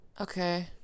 Okay